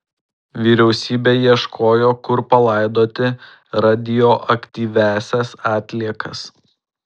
vyriausybė ieškojo kur palaidoti radioaktyviąsias atliekas